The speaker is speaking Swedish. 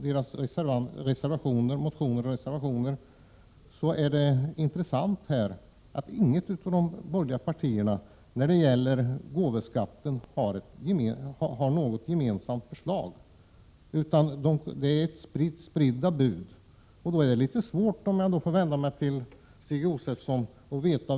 1987/88:90 borgerliga partierna inte har något gemensamt förslag när det gäller 23 mars 1988 gåvoskatten. De lägger spridda bud. Då är det litet svårt, Stig Josefson, att veta vem man skall vara tillmötesgående mot.